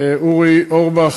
אורי אורבך,